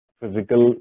physical